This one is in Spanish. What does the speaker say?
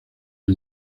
del